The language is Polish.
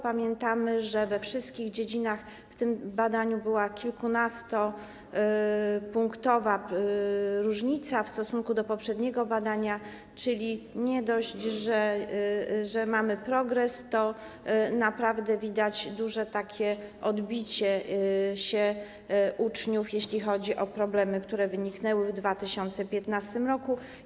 Pamiętamy, że we wszystkich dziedzinach w tym badaniu była kilkunastopunktowa różnica w stosunku do poprzedniego badania, czyli nie dość, że mamy progres, to widać naprawdę duże „odbicie się” uczniów, jeśli chodzi o problemy, które wyniknęły w 2015 r.